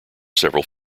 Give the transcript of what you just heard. several